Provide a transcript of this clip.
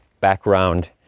background